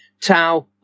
Tau